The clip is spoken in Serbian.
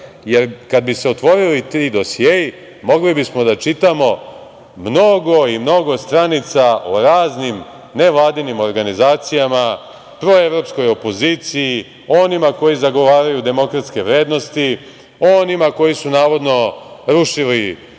kada bi se otvorili ti dosijei mogli bismo da čitamo mnogo i mnogo stranica o raznim nevladinim organizacijama, proevropskoj opoziciji, o onima koji zagovaraju demokratske vrednosti, o onima koji su navodno rušili Miloševića,